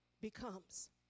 becomes